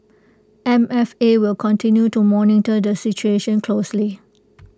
M F A will continue to monitor the situation closely